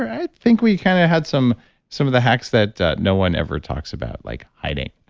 i think we kind of had some some of the hacks that no one ever talks about, like hiding.